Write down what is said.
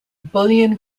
bullion